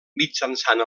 mitjançant